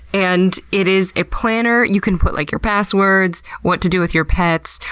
and it is a planner. you can put like your passwords, what to do with your pets,